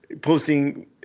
posting